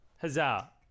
huzzah